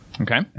Okay